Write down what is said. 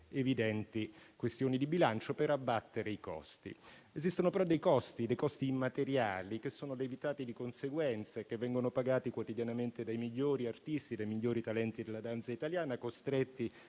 evidenti questioni di bilancio per abbattere i costi. Esistono però dei costi immateriali che sono lievitati di conseguenza e che vengono pagati quotidianamente dai migliori artisti, dai migliori talenti della danza italiana, costretti